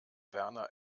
werner